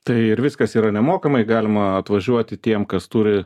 tai ir viskas yra nemokamai galima atvažiuoti tiem kas turi